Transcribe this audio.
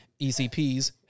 ECPs